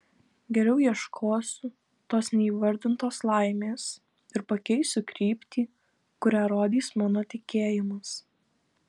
geriau ieškosiu tos neįvardintos laimės ir pakeisiu kryptį kurią rodys mano tikėjimas